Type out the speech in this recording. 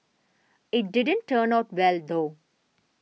it didn't turn out well though